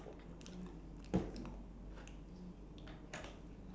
or you just open the cash register put your money in there